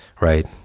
right